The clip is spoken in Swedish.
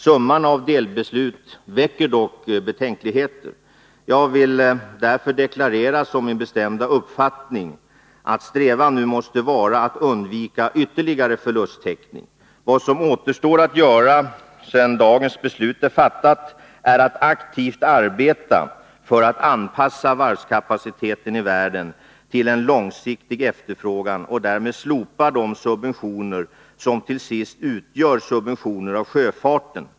Summan av delbeslut väcker dock betänkligheter. Jag vill därför deklarera som min bestämda uppfattning att strävan nu måste vara att undvika ytterligare förlusttäckning. Vad som återstår att göra sedan dagens beslut är fattat är att aktivt arbeta för att anpassa varvskapaciteten i världen till en långsiktig efterfrågan och därmed slopa de subventioner som till sist utgör subventioner till sjöfarten.